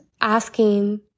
asking